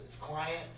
client